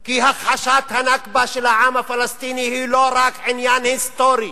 כי הכחשת ה"נכבה" של העם הפלסטיני היא לא רק עניין היסטורי.